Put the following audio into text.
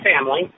family